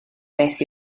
beth